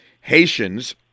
Haitians